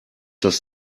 das